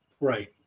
Right